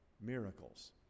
miracles